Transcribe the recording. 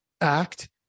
act